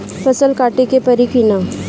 फसल काटे के परी कि न?